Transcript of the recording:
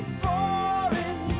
falling